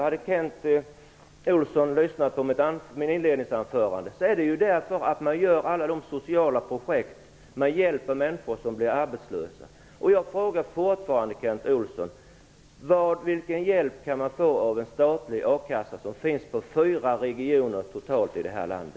Om Kent Olsson hade lyssnat på mitt inledningsanförande hade han vetat att det beror på att man där genomför olika sociala projekt för att hjälpa arbetslösa människor. Jag frågar fortfarande Kent Olsson: Vilken hjälp kan man få från en statlig akassa som finns inom totalt fyra regioner i vårt land?